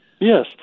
yes